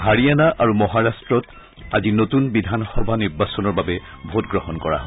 হাৰিয়ানা আৰু মহাৰট্টত আজি নতুন বিধানসভা নিৰ্বাচনৰ বাবে ভোটগ্ৰহণ কৰা হয়